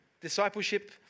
Discipleship